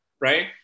Right